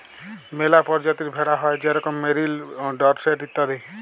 ম্যালা পরজাতির ভেড়া হ্যয় যেরকম মেরিল, ডরসেট ইত্যাদি